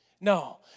No